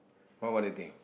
or what do you think